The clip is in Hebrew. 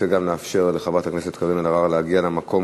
אני רק רוצה לאפשר לחברת הכנסת קארין אלהרר להגיע למקום,